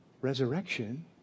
resurrection